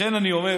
לכן אני אומר,